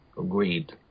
Agreed